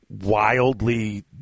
wildly